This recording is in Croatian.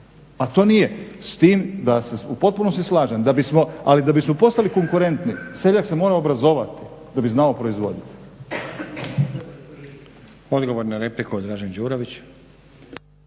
A to nije, s time da se u potpunosti slažem, da bismo, ali da bismo postali konkurentni seljak se mora obrazovati da bi znao proizvoditi.